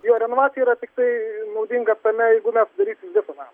jo renovacija yra tiktai naudinga tame jeigu mes darysim visą namą